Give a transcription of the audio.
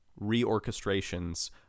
reorchestrations